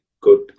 good